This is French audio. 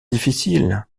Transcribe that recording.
difficile